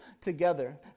together